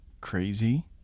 crazy